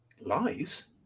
lies